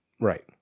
Right